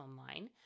online